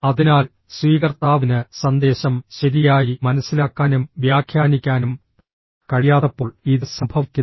അതിനാൽ സ്വീകർത്താവിന് സന്ദേശം ശരിയായി മനസ്സിലാക്കാനും വ്യാഖ്യാനിക്കാനും കഴിയാത്തപ്പോൾ ഇത് സംഭവിക്കുന്നു